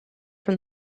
from